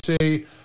See